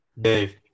Dave